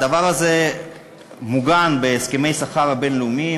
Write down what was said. הדבר הזה מעוגן בהסכמי שכר בין-לאומיים.